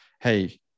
hey